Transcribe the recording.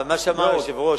אבל מה שאמר היושב-ראש,